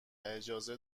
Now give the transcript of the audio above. اجازه